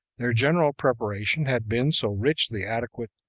their general preparation had been so richly adequate,